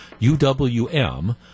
UWM